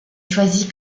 choisi